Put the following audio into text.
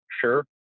sure